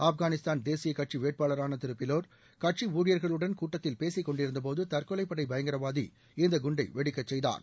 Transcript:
ஆப்கானிஸ்தான் தேசிய கட்சி வேட்பாளரான திரு பிலோர் கட்சி ஊழியர்களுடன் கூட்டத்தில் பேசி கொண்டிருந்தபோது தற்கொலைப்படை பயங்கரவாதி இந்த குண்டை வெடிக்கச் செய்தார்